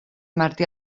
martí